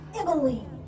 Emily